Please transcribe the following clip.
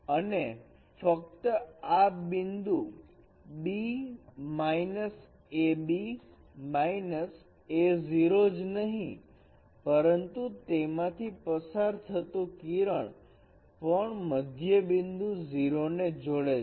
અને ફક્ત આ બિંદુ b ab a0 જ નહીં પરંતુ તેમાંથી પસાર થતું કિરણ પણ મધ્યબીંદુ O ને જોડે છે